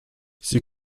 sie